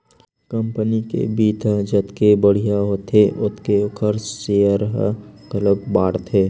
company के बित्त ह जतके बड़िहा होथे ओतके ओखर सेयर ह घलोक बाड़थे